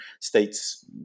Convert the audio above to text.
States